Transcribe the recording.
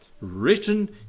written